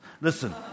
listen